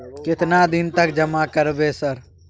केतना दिन तक जमा करबै सर?